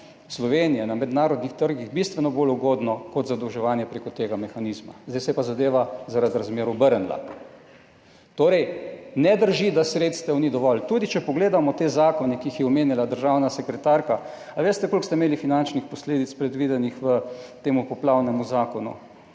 Slovenije na mednarodnih trgih bistveno bolj ugodno kot zadolževanje prek tega mehanizma. Zdaj se je pa zadeva zaradi razmer obrnila. Torej, ne drži, da sredstev ni dovolj. Tudi če pogledamo te zakone, ki jih je omenjala državna sekretarka, a veste, koliko ste imeli predvidenih finančnih posledic v tem poplavnem zakonu?